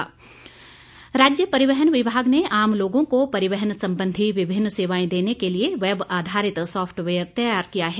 परिवहन विभाग राज्य परिवहन विभाग ने आम लोगों को परिवहन संबंधी विभिन्न सेवाएं देने के लिए वैब आधारित सॉफटवेयर तैयार किया है